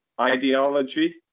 ideology